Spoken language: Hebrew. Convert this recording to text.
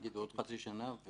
חודשים?